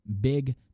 Big